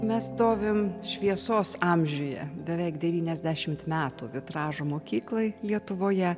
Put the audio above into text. mes stovim šviesos amžiuje beveik devyniasdešimt metų vitražo mokyklai lietuvoje